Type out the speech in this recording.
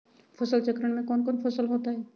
फसल चक्रण में कौन कौन फसल हो ताई?